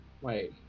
Wait